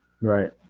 right